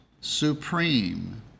supreme